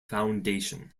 foundation